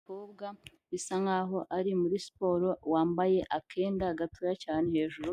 Umukobwa bisa nk'aho ari muri siporo wambaye akenda gatoya cyane hejuru